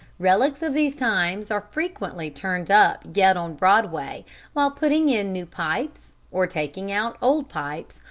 relics of these times are frequently turned up yet on broadway while putting in new pipes, or taking out old pipes,